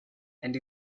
and